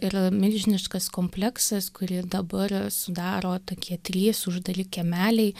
yra milžiniškas kompleksas kurį dabar sudaro tokie trys uždari kiemeliai